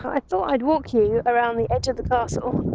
i thought i'd walk you around the edge of the castle.